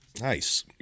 Nice